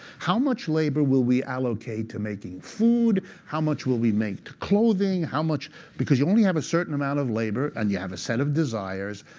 how much labor will we allocate to making food, how much will be made to clothing, how much because you only have a certain amount of labor, and you have a set of desires.